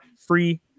free